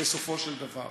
בסופו של דבר.